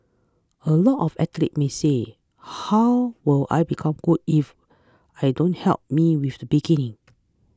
a lot of athletes may say how will I become good if I don't help me with the beginning